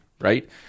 right